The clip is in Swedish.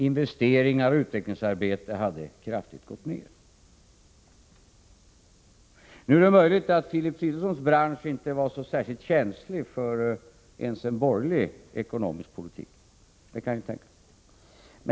Investeringarna och utvecklingsarbetet hade kraftigt gått ned. Det är möjligt att Filip Fridolfssons bransch inte var så känslig ens för en borgerlig ekonomisk politik.